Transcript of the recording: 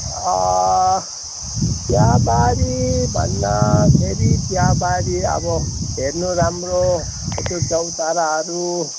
चियाबारी भन्दाखेरि चियाबारी अब हेर्नु राम्रो एसो चौताराहरू